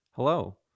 Hello